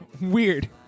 weird